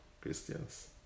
Christians